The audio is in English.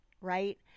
right